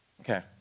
Okay